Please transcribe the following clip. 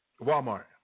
Walmart